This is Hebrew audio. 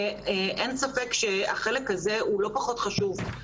אין ספק שהחלק הזה הוא חלק לא פחות חשוב,